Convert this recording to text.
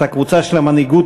את הקבוצה של המנהיגות